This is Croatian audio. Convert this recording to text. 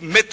demetropolizacije